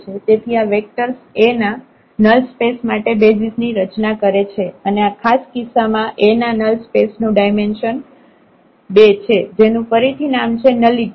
તેથી આ vectors A ના નલ સ્પેસ માટે બેસિઝ ની રચના કરે છે અને આ ખાસ કિસ્સામાં A ના નલ સ્પેસ નું ડાયમેન્શન 2 છે જેનું ફરીથી નામ છે નલિટી